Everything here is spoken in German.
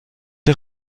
der